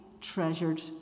treasured